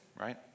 right